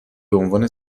بعنوان